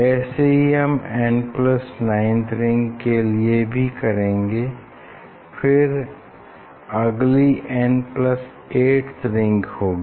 ऐसे ही हम n9th रिंग के लिए भी करेंगे फिर अगली n8th रिंग होगी